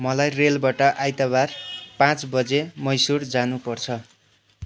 मलाई रेलबट आइतबार पाँच बजी मैसुर जानुपर्छ